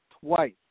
twice